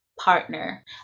partner